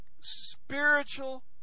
spiritual